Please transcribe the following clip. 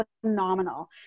phenomenal